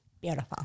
Beautiful